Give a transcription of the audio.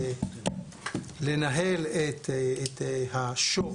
תפקידו יהיה לנהל את השו"ח